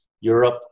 europe